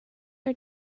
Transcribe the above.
are